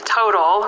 total